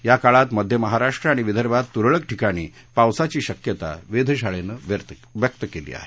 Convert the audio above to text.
याकाळात मध्य महाराष्ट्र आणि विदर्भात तुरळक ठिकाणी पावसाची शक्यता वेधशाळेनं व्यक्त केली आहे